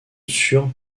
sur